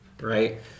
right